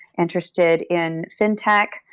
interested in fintech.